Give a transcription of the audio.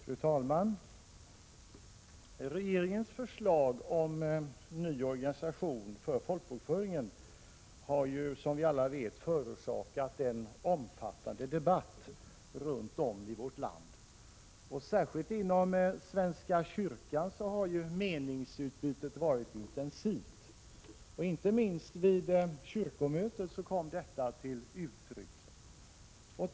Fru talman! Regeringens förslag till ny organisation för folkbokföringen har som vi alla vet förorsakat en omfattande debatt runt om i vårt land. Särskilt inom svenska kyrkan har meningsutbytet varit intensivt. Inte minst vid kyrkomötet kom detta till uttryck.